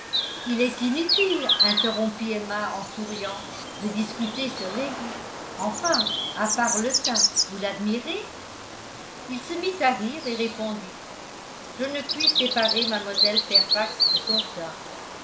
il est inutile interrompit emma en souriant de discuter sur les goûts enfin à part le teint vous l'admirez il se mit à rire et répondit je ne puis séparer mlle fairfax de son teint